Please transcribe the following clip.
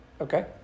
Okay